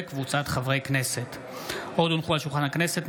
לקריאה ראשונה,